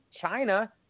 China